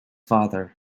father